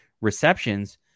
receptions